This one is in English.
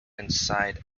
inside